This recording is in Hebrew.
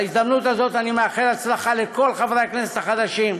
בהזדמנות הזאת אני מאחל הצלחה לכל חברי הכנסת החדשים,